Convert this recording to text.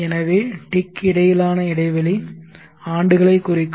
எனவே டிக் இடையிலான இடைவெளி ஆண்டுகளைக் குறிக்கும்